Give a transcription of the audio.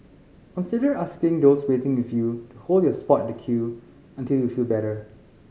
consider asking those waiting with you to hold your spot in the queue until you feel better